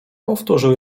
powtórzył